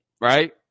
right